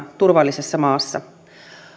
turvallisessa maassa